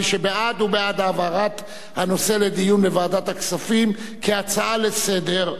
מי שבעד הוא בעד העברת הנושא לדיון בוועדת הכספים כהצעה לסדר-היום.